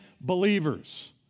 believers